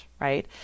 right